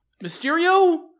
mysterio